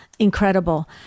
Incredible